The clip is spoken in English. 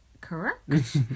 Correct